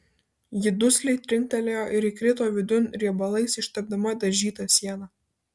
ji dusliai trinktelėjo ir įkrito vidun riebalais ištepdama dažytą sieną